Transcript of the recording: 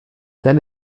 then